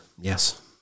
yes